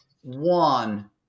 one